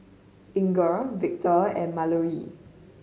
Inger Victor and Mallory